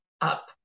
up